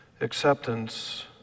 acceptance